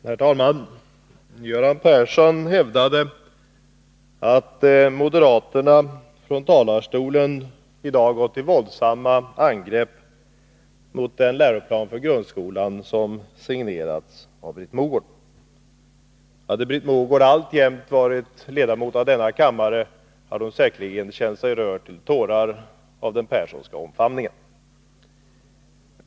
Herr talman! Göran Persson hävdade att moderaterna från talarstolen i dag gått till våldsamma angrepp mot den läroplan för grundskolan som signerats av Britt Mogård. Hade Britt Mogård alltjämt varit ledamot av denna kammare, hade hon säkerligen känt sig rörd till tårar av den Perssonska omfamningen.